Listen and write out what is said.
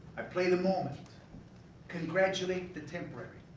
i play the moment congratulate the temporary!